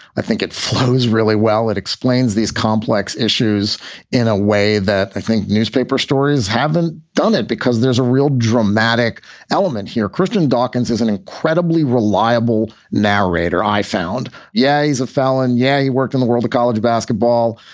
i think it so is really well that explains these complex issues in a way that i think newspaper stories haven't done it because there's a real dramatic element here. christian dawkins is an incredibly reliable narrator i found. yeah, he's a phalen. yeah. he worked in the world of college basketball,